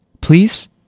Please